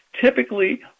Typically